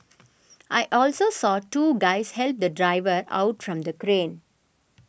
I also saw two guys help the driver out from the crane